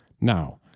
Now